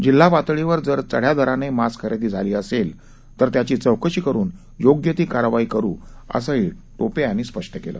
जिल्हा पातळीवर जर चढ़या दराने मास्क खरेदी झाली असेल तर त्याची चौकशी करून योग्य ती कारवाई करु असंही टोपे यांनी स्पष्ट केलं